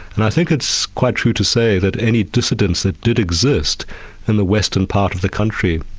and i think it's quite true to say that any dissidents that did exist in the western part of the country,